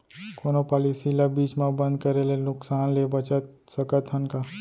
कोनो पॉलिसी ला बीच मा बंद करे ले नुकसान से बचत सकत हन का?